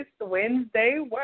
Wednesday